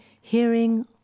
hearing